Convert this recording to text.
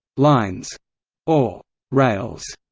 lines or rails,